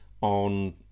on